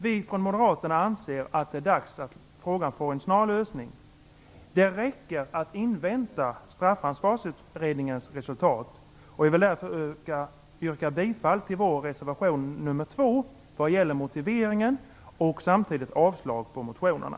Vi moderater anser att det är dags att frågan får en snar lösning. Det räcker med att invänta Jag vill därför yrka bifall till vår reservation nr 2 när det gäller motiveringen och samtidigt yrka avslag på motionerna.